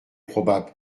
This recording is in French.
probable